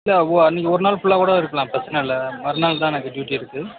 இல்லை அன்னிக்கு ஒருநாள் ஃபுல்லாக கூட இருக்கலாம் பிரச்சின இல்லை மறுநாள்தான் எனக்கு டியூட்டி இருக்குது